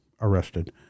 arrested